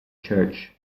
church